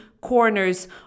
corners